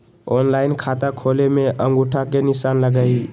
Online खाता खोले में अंगूठा के निशान लगहई?